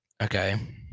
okay